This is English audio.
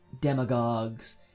demagogues